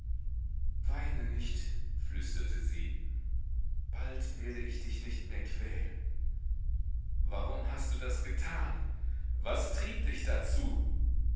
weine nicht flüsterte sie bald werde ich dich nicht mehr quälen warum hast du das getan was trieb dich dazu